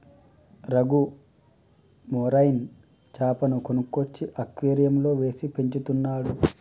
Raghu marine చాపను కొనుక్కొచ్చి అక్వేరియంలో వేసి పెంచుతున్నాడు